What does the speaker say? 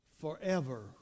forever